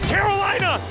Carolina